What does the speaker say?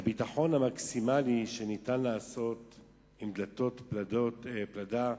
הביטחון המקסימלי שניתן לעשות עם דלתות פלדה,